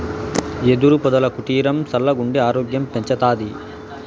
యెదురు పొదల కుటీరం సల్లగుండి ఆరోగ్యం పెంచతాది